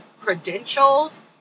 credentials